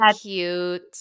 cute